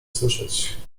słyszeć